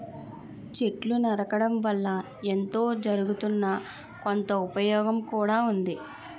చెట్లు నరకడం వల్ల ఎంతో జరగుతున్నా, కొంత ఉపయోగం కూడా ఉంది